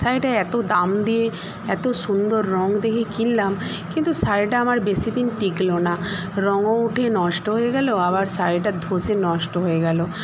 শাড়িটা এত দাম দিয়ে এত সুন্দর রঙ দেখে কিনলাম কিন্তু শাড়িটা আমার বেশি দিন টিকলো না রঙও উঠে নষ্ট হয়ে গেল আবার শাড়িটা ধসে নষ্ট হয়ে গেল